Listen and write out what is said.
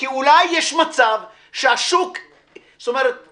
כי אולי יש מצב שהשוק התפרע,